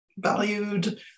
valued